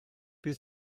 bydd